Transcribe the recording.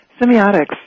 semiotics